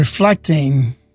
Reflecting